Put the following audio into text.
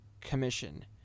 Commission